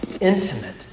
intimate